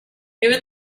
even